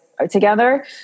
together